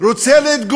גם אם הוא חבר כנסת,